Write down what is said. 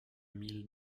mille